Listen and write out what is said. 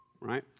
Right